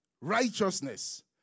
righteousness